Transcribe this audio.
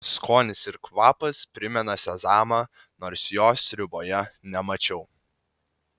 skonis ir kvapas primena sezamą nors jo sriuboje nemačiau